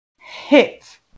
hit